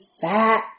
fat